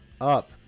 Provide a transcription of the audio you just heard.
up